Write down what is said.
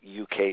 UK